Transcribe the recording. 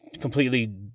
completely